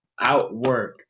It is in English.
outworked